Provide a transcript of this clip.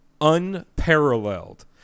unparalleled